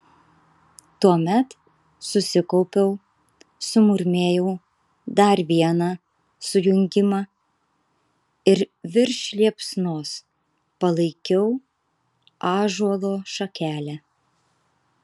tuomet susikaupiau sumurmėjau dar vieną sujungimą ir virš liepsnos palaikiau ąžuolo šakelę